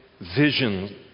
vision